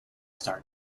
start